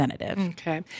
Okay